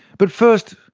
but first,